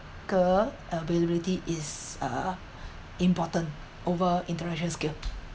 practical availability is uh important over intellectual skill